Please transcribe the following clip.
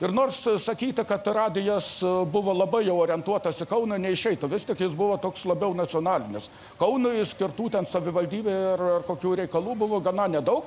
ir nors sakyta kad radijas buvo labai jau orientuotas į kauną neišeitų vis tiek jis buvo toks labiau nacionalinis kaunui skirtų ten savivaldybei ar kokių reikalų buvo gana nedaug